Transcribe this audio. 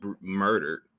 murdered